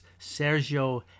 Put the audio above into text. Sergio